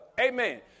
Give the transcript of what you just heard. Amen